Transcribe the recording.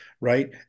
right